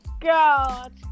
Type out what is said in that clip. god